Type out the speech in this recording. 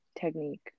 technique